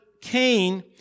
Cain